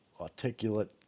articulate